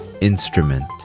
instrument